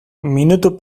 minutu